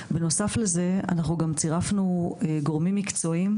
בנוסף לזה אנחנו גם צירפנו גורמים מקצועיים,